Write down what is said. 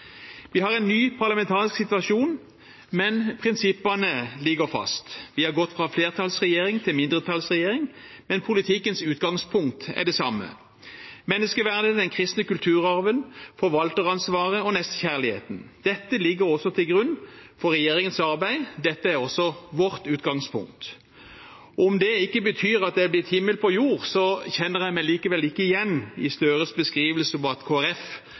Vi har en ny parlamentarisk situasjon, men prinsippene ligger fast. Vi har gått fra flertallsregjering til mindretallsregjering, men politikkens utgangspunkt er det samme: menneskeverdet i den kristne kulturarven, forvalteransvaret og nestekjærligheten. Dette ligger også til grunn for regjeringens arbeid. Dette er også vårt utgangspunkt. Om det ikke betyr at det har blitt himmel på jord, kjenner jeg meg likevel ikke igjen i Gahr Støres beskrivelse av at